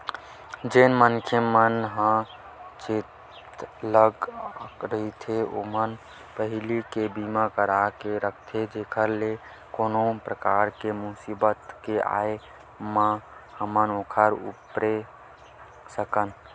जेन मनखे मन ह चेतलग रहिथे ओमन पहिली ले बीमा करा के रखथे जेखर ले कोनो भी परकार के मुसीबत के आय म हमन ओखर उबरे सकन